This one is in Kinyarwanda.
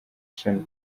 sean